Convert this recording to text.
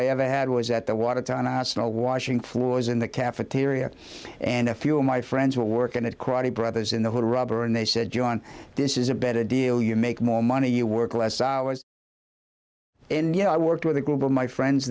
i ever had was at the watertown arsenal washing floors in the cafeteria and a few of my friends were working at quite a brothers in the rubber and they said john this is a better deal you make more money you work less hours and you know i worked with a group of my friends